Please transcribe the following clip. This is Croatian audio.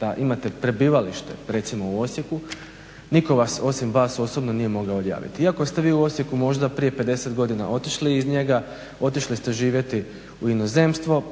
da imate prebivalište, recimo u Osijeku niko vas osim vas osobno nije mogao odjaviti, iako ste vi u Osijeku možda prije 50 godina otišli iz njega, otišli ste živjeti u inozemstvo